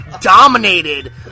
dominated